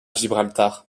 gibraltar